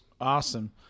Awesome